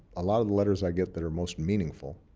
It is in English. a lot of the letters i get that are most meaningful